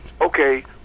Okay